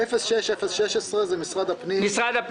06016. זה משרד הפנים.